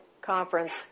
conference